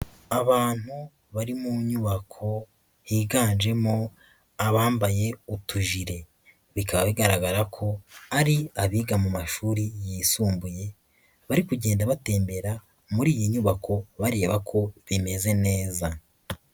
Abantu bari mu nyubako, higanjemo abambaye utujire. Bikaba bigaragara ko ari abiga mu mashuri yisumbuye. Bari kugenda batembera muri iyi nyubako bareba ko bimeze neza.